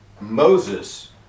Moses